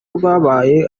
rwabaye